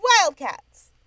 Wildcats